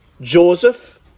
Joseph